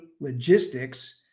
logistics